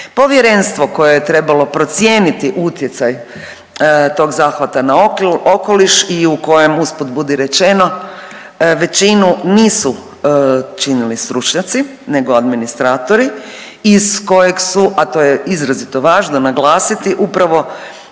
povjerenstvo koje je trebalo procijeniti utjecaj tog zahvata na okoliš i u kojem usput budi rečeno većinu nisu činili stručnjaci nego administratori, iz kojeg su, a to je izrazito važno naglasiti, upravo